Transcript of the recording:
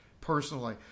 personally